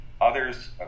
Others